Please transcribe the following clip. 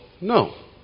No